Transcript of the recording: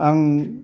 आं